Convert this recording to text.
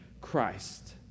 Christ